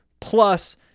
Plus